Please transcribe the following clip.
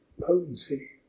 Potency